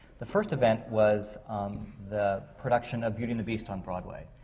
the first event was the production of beauty and the beast on broadway.